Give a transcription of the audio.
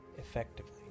Effectively